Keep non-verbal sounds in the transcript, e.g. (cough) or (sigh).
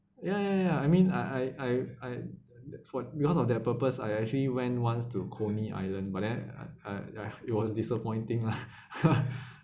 yeah yeah yeah I mean I I I that's what because of their purpose I actually went once to coney island but that uh it was disappointing lah (laughs)